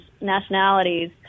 nationalities